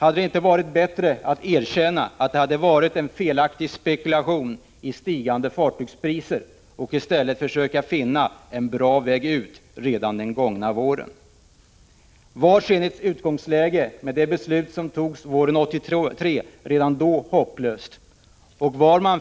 Hade det inte varit bättre att erkänna att det var en felaktig spekulation i stigande fartygspriser och i stället försöka finna en bra väg ut redan under den gångna våren? Var Zenits utgångsläge hopplöst redan våren 1983, genom det beslut som då fattades?